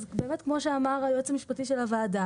אז באמת כמו שאמר היועץ המשפטי של הוועדה